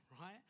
right